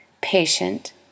patient